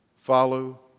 Follow